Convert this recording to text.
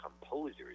composers